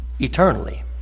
eternally